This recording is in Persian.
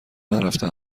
نرفته